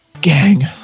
Gang